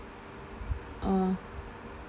orh